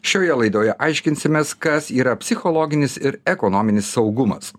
šioje laidoje aiškinsimės kas yra psichologinis ir ekonominis saugumas